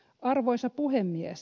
arvoisa puhemies